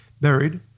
buried